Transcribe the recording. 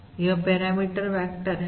तो यह parameter vector है